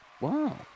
Wow